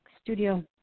studio